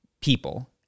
people